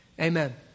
amen